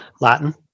Latin